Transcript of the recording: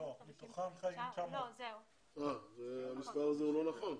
מתוכם חיים 900. המספר הזה הוא לא נכון.